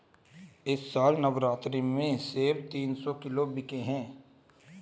इस साल नवरात्रि में सेब तीन सौ किलो बिके हैं